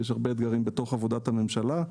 יש הרבה אתגרים בתוך עבודת הממשלה.